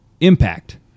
impact